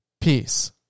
Peace